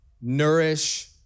nourish